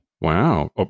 Wow